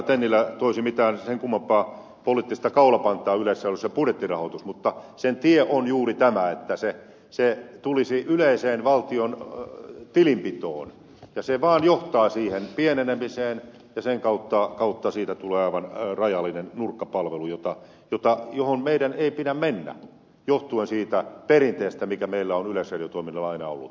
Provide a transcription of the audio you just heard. tennilä toisi mitään sen kummempaa poliittista kaulapantaa yleisradiossa se budjettirahoitus mutta sen tie on juuri tämä että se tulisi yleiseen valtion tilinpitoon ja se vaan johtaa siihen pienenemiseen ja sen kautta siitä tulee aivan rajallinen nurkkapalvelu mihin meidän ei pidä mennä johtuen siitä perinteestä joka meillä on yleisradiotoiminnassa aina ollut